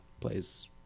plays